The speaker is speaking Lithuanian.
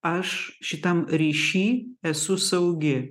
aš šitam ryšį esu saugi